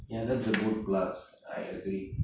ya that's a good plus I agree